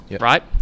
right